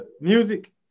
music